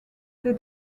they